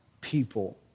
people